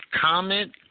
comment